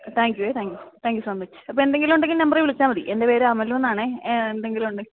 thank you thank you thank you so much അപ്പോൾ എന്തേലും ഉണ്ടെങ്കിൽ ഈ നമ്പറിലേക്ക് വിളിച്ചാൽ മതി എൻ്റെ പേര് അമലു എന്നാണ് എന്തേലും ഉണ്ടെങ്കിൽ